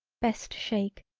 best shake,